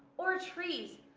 or trees,